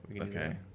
Okay